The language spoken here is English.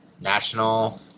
national